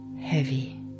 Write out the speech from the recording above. heavy